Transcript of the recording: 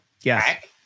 Yes